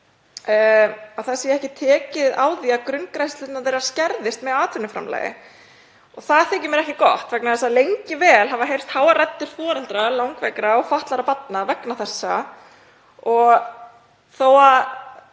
það sé ekki tekið á því að grunngreiðslur þeirra skerðast með atvinnuframlagi þeirra. Það þykir mér ekki gott vegna þess að lengi hafa heyrst háværar raddir foreldra langveikra og fatlaðra barna vegna þessa